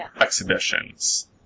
exhibitions